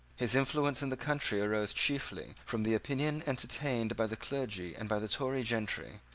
his influence in the country arose chiefly from the opinion entertained by the clergy and by the tory gentry,